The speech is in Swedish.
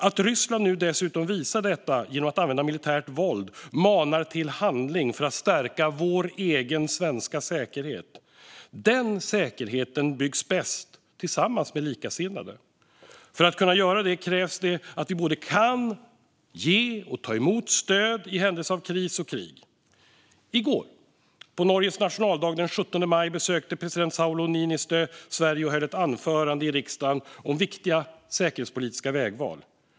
Att Ryssland nu dessutom visar detta genom att använda militärt våld manar till handling för att stärka vår egen svenska säkerhet. Den säkerheten byggs bäst tillsammans med likasinnade. För att kunna göra det krävs det att vi kan både ge och ta emot stöd i händelse av kris och krig. I går, på Norges nationaldag den 17 maj, besökte president Sauli Niinistö Sverige och höll ett anförande i riksdagen om viktiga säkerhetspolitiska vägval.